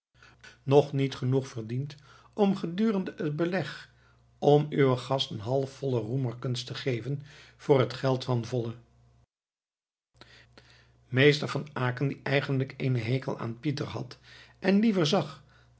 nog niet genoeg verdiend gedurende het beleg om uwen gasten halfvolle roemerkens te geven voor het geld van volle meester van aecken die eigenlijk eenen ekel aan pieter had en liever zag